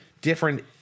different